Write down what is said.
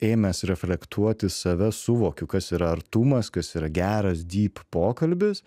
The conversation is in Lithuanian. ėmęs reflektuoti save suvokiu kas yra artumas kas yra geras dyp pokalbis